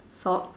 socks